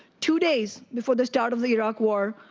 two days before the start of the iraq war,